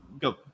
go